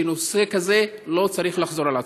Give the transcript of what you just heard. שנושא כזה לא צריך לחזור על עצמו.